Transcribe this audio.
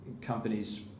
companies